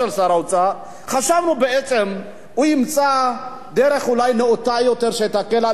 חשבנו שהוא ימצא דרך אולי נאותה יותר שתקל על השכבות החלשות.